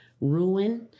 ruin